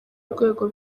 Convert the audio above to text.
urwego